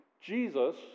Jesus